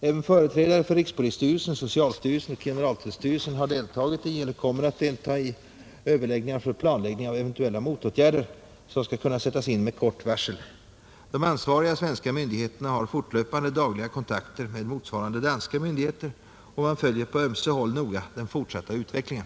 Även företrädare för rikspolisstyrelsen, socialstyrelsen och generaltullstyrelsen har deltagit i eller kommer att delta i överläggningar för planläggning av eventuella motåtgärder som skall kunna sättas in med kort varsel. De ansvariga svenska myndigheterna har fortlöpande, dagliga kontakter med motsvarande danska myndigheter och man följer på ömse håll noga den fortsatta utvecklingen.